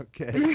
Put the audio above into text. Okay